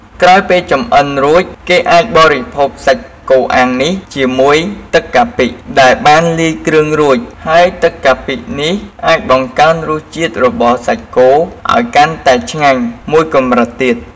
ក្រោយពេលចម្អិនរួច គេអាចបរិភោគសាច់គោអាំងនេះជាមួយទឹកកាពិដែលបានលាយគ្រឿងរួច ហើយទឹកកាពិនេះអាចបង្កើនរសជាតិរបស់សាច់គោឱ្យកាន់តែឆ្ងាញ់មួយកម្រិតទៀត។